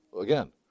Again